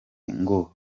ngo